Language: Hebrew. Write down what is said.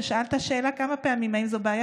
ששאל את השאלה כמה פעמים: האם זו בעיה